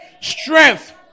strength